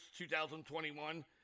2021